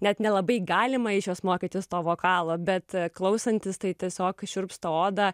net nelabai galima iš jos mokytis to vokalo bet klausantis tai tiesiog šiurpsta oda